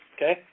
Okay